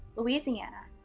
louisiana,